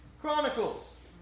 chronicles